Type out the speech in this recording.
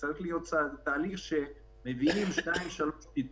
צריך להיות תהליך שבו מביאים שניים-שלושה